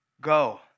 Go